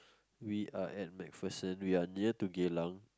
we are at MacPherson we are near to Geylang